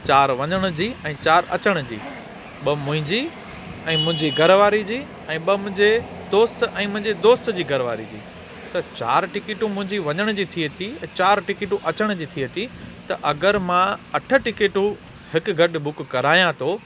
चार वञण जी ऐं चार अचण जी ॿ मुंहिंजी ऐं मुंहिंजी घर वारी जी ऐं ॿ मुंहिंजे दोस्त ऐं मुंहिंजे दोस्त जी घरवारी जी त चार टिकिटूं मुंहिंजी वञण जी थिए थी ऐं चार टिकिटूं अचण जी थिए थी त अगरि मां अठ टिकिटूं हिकु गॾु बुक करायां थो